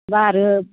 दा आरो